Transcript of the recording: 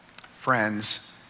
friends